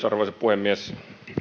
arvoisa puhemies